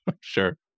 Sure